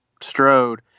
Strode